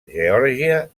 geòrgia